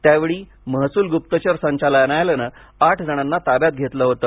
त्यावेळी महसूल गुप्तचर संचालनालयाने आठ जणांना ताब्यात घेतले होते